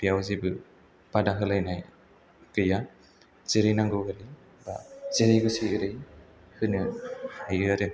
बेयाव जेबो बादा होलायनाय गैया जेरै नांगौ ओरै बा जेरै गोसो ओरै होनो हायो आरो